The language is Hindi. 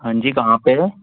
हाँ जी कहाँ पर है